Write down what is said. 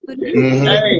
Hey